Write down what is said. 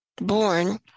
Born